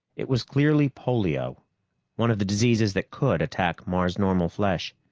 it was clearly polio one of the diseases that could attack mars-normal flesh.